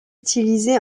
utilisé